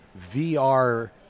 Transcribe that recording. VR